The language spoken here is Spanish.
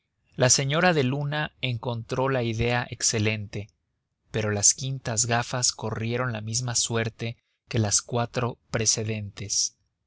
la señora de luna encontró la idea excelente pero las quintas gafas corrieron la misma suerte que las cuatro precedentes